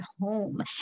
home